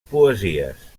poesies